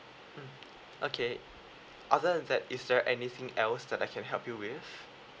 mm okay other than that is there anything else that I can help you with